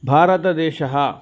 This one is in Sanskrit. भारतदेशः